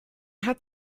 hat